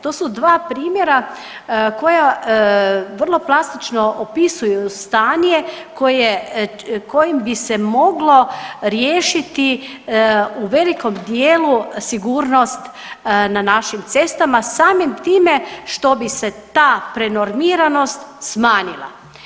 To su dva primjera koja vrlo plastično opisuju stanje koje, kojim bi se moglo riješiti u velikom dijelu sigurnost na našim cestama samim time što bi se ta prenormiranost smanjila.